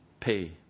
pay